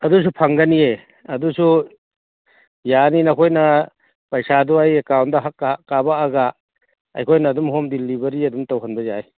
ꯑꯗꯨꯁꯨ ꯐꯪꯒꯅꯤꯌꯦ ꯑꯗꯨꯁꯨ ꯌꯥꯅꯤ ꯃꯈꯣꯏꯅ ꯄꯩꯁꯥꯗꯨ ꯑꯩ ꯑꯦꯀꯥꯎꯟꯗ ꯀꯥꯞꯄꯛꯑꯒ ꯑꯩꯈꯣꯏꯅ ꯑꯗꯨꯝ ꯍꯣꯝ ꯗꯤꯂꯤꯕꯔꯤ ꯑꯗꯨꯝ ꯇꯧꯍꯟꯕ ꯌꯥꯏ